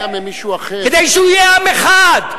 כדי שיהיה עם אחד.